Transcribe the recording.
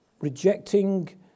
rejecting